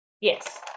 Yes